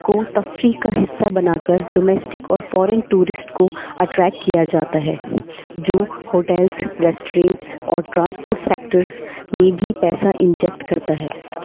کو تفریح کا حصہ بنا کر ڈومیسٹک اور فورن ٹورسٹ کو اٹریکٹ کیا جاتا ہے جو ہوٹلس ریسٹورینٹس اور ٹرانسپورٹ سیکٹرس میں بھی پیسہ انجیکٹ کرتا ہے